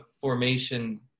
formation